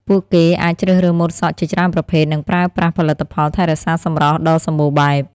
ពួកគេអាចជ្រើសរើសម៉ូតសក់ជាច្រើនប្រភេទ និងប្រើប្រាស់ផលិតផលថែរក្សាសម្រស់ដ៏សម្បូរបែប។